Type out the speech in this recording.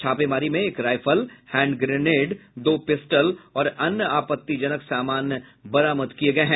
छापेमारी में एक रायफल हैंड ग्रेनेड दो पिस्टल और अन्य आपत्तिजनक सामान बरामद किये गये हैं